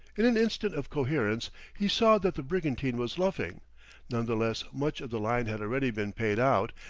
in an instant of coherence he saw that the brigantine was luffing none the less much of the line had already been paid out,